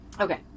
Okay